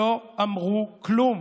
שלא אמרו כלום